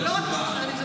זה לא רק נשות החרדים,